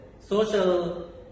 social